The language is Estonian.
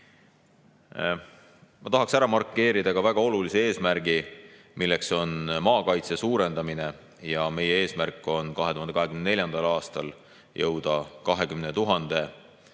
Ma tahaksin ära markeerida väga olulise eesmärgi: maakaitse suurendamine. Meie eesmärk on 2024. aastal jõuda 20 000